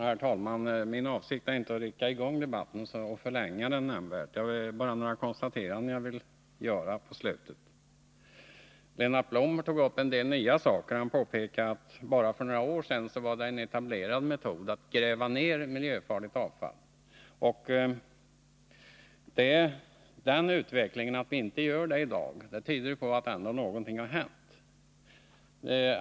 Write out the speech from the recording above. Herr talman! Min avsikt är inte att rycka i gång debatten och förlänga den nämnvärt. Jag vill bara avslutningsvis göra några konstateranden. Lennart Blom tog upp en del nya saker. Han påpekade att det bara för några år sedan var en etablerad metod att gräva ned miljöfarligt avfall. Den utveckling som lett till att vi inte gör det i dag tyder ju på att någonting har hänt.